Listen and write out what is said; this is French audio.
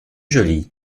joli